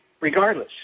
Regardless